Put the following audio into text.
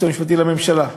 היועץ המשפטי לממשלה.